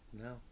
No